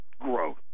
growth